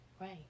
Right